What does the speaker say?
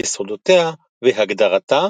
יסודותיה והגדרתה,